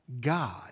God